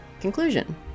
Conclusion